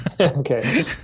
okay